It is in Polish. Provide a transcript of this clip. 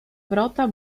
wrota